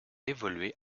évoluer